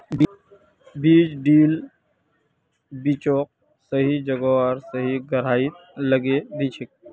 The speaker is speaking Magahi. बीज ड्रिल बीजक सही जगह आर सही गहराईत लगैं दिछेक